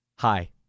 Hi